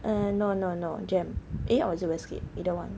uh no no no jem eh or is it westgate either one